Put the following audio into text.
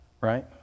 Right